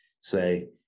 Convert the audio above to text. say